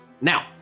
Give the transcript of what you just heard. Now